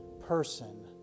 person